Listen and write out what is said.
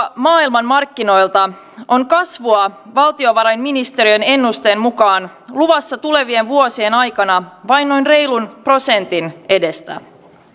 maailmanmarkkinoilta on kasvua valtiovarainministeriön ennusteen mukaan luvassa tulevien vuosien aikana vain noin reilun prosentin edestä